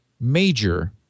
major